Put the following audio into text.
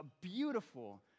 beautiful